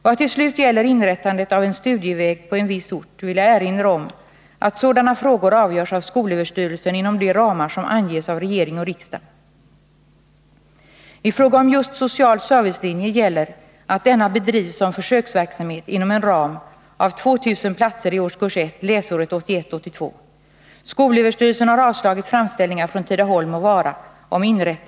Vad till slut gäller inrättandet av en studieväg på en viss ort vill jag erinra om att sådana frågor avgörs av skolöverstyrelsen inom de ramar som anges av regering och riksdag. I fråga om just social servicelinje gäller att denna bedrivs som försöksverksamhet inom en ram av 2 000 elevplatser i årskurs 1